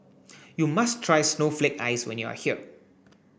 you must try snowflake ice when you are here